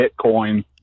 bitcoin